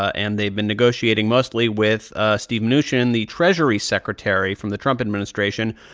and they've been negotiating mostly with steve mnuchin, the treasury secretary from the trump administration.